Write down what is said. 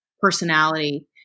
Personality